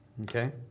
okay